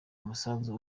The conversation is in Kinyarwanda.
umusanzu